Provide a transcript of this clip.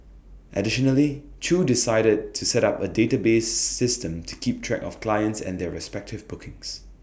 additionally chew decided to set up A database system to keep track of clients and their respective bookings